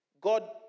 God